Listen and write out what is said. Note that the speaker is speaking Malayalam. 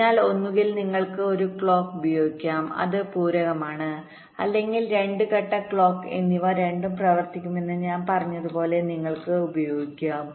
അതിനാൽ ഒന്നുകിൽ നിങ്ങൾക്ക് ഒരു ക്ലോക്ക് ഉപയോഗിക്കാം അത് പൂരകമാണ് അല്ലെങ്കിൽ രണ്ട് ഘട്ട ക്ലോക്ക് phi 1 phi 2 എന്നിവ രണ്ടും പ്രവർത്തിക്കുമെന്ന് ഞാൻ പറഞ്ഞതുപോലെ നിങ്ങൾക്ക് ഉപയോഗിക്കാം